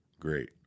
great